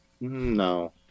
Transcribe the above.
no